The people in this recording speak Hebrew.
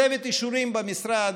צוות אישורים במשרד,